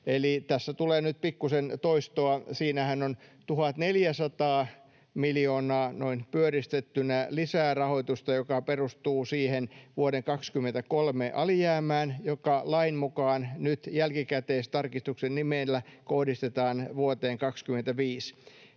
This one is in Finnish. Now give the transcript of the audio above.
eli tässä tulee nyt pikkusen toistoa. Siinähän on 1 400 miljoonaa noin pyöristettynä lisää rahoitusta, joka perustuu siihen vuoden 23 alijäämään, joka lain mukaan nyt jälkikäteistarkistuksen nimellä kohdistetaan vuoteen 25.